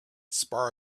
spar